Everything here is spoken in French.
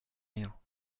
rien